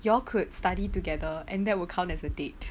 you all could study together and that will count as a date